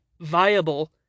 viable